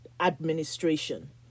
administration